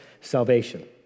salvation